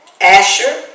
Asher